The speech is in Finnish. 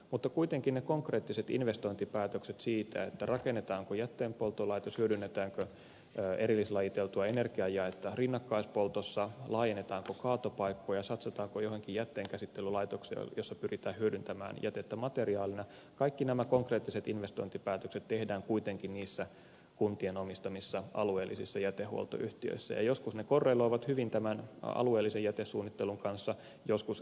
mutta kuitenkin konkreettiset investointipäätökset siitä rakennetaanko jätteenpolttolaitos hyödynnetäänkö erillislajiteltua energiajaetta rinnakkaispoltossa laajennetaanko kaatopaikkoja satsataanko joihinkin jätteenkäsittelylaitoksiin joissa pyritään hyödyntämään jätettä materiaalina kaikki nämä konkreettiset investointipäätökset tehdään kuitenkin niissä kuntien omistamissa alueellisissa jätehuoltoyhtiöissä ja joskus ne korreloivat hyvin tämän alueellisen jätesuunnittelun kanssa joskus eivät niinkään